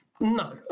No